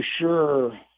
sure